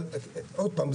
אבל עוד פעם,